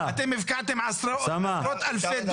אתם הפקעת עשרות אלפי דונם.